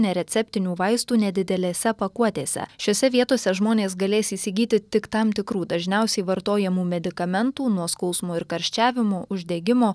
nereceptinių vaistų nedidelėse pakuotėse šiose vietose žmonės galės įsigyti tik tam tikrų dažniausiai vartojamų medikamentų nuo skausmo ir karščiavimo uždegimo